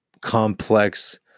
complex